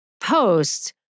post